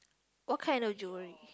what kind of jewelry